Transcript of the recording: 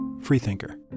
Freethinker